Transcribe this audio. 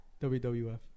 WWF